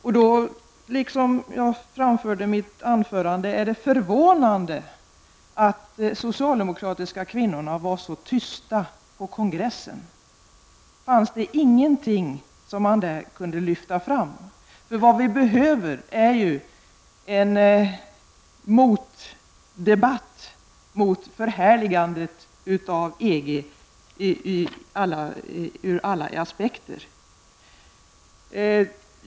Då är det, som jag framförde i mitt anförande, förvånande att de socialdemokratiska kvinnorna var så tysta på kongressen. Fanns det ingenting som man kunde lyfta fram där? Vad vi behöver är ju en motdebatt mot förhärligandet av EG ur alla aspekter.